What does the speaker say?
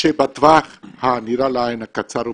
שבטווח הנראה לעין, הקצר ובינוני,